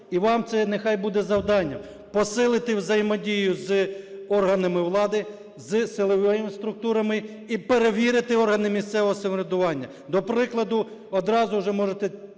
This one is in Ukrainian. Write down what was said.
і вам це нехай буде завданням - посилити взаємодію з органами влади, з силовими структурами і перевірити органи місцевого самоврядування. До прикладу, одразу вже можете